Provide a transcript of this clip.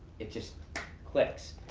it just clicks.